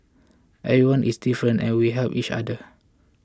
everyone is different and we help each other